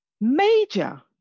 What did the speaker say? Major